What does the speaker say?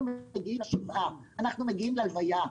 אנחנו מגיעים לשבעה, אנחנו מגיעים להלוויה,